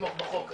ולתמוך בחוק הזה,